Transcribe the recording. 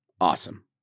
Awesome